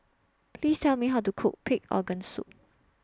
Please Tell Me How to Cook Pig'S Organ Soup